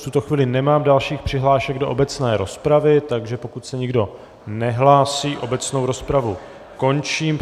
V tuto chvíli nemám dalších přihlášek do obecné rozpravy, takže pokud se nikdo nehlásí, obecnou rozpravu končím.